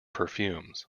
perfumes